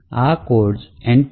આ codes nptel codesmodule2